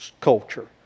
culture